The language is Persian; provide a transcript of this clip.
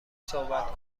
صحبت